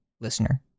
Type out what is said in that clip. listener